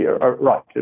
right